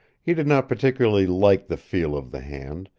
he did not particularly like the feel of the hand,